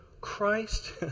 Christ